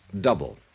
Double